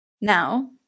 Now